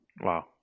Wow